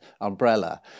umbrella